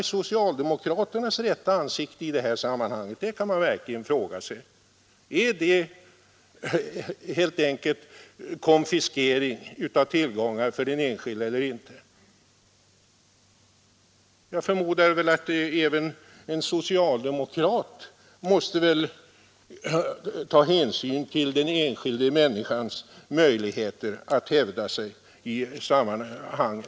Men man kan verkligen fråga sig vilket socialdemokraternas rätta ansikte i detta sammanhang är. Är detta helt enkelt en konfiskering av tillgångar för den enskilde eller inte? Jag förmodar att även en socialdemokrat måste ta hänsyn till den enskildes möjligheter att hävda sig i sammanhanget.